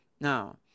Now